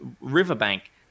riverbank